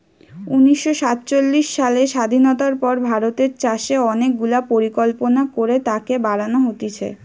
উনিশ শ সাতচল্লিশ সালের স্বাধীনতার পর ভারতের চাষে অনেক গুলা পরিকল্পনা করে তাকে বাড়ান হতিছে